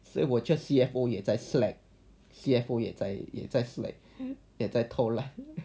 所以我就 C_F_O 也在 slack C_F_O 也在 slack 也在偷懒